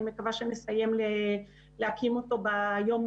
אני מקווה שנסיים להקים אותו ביום,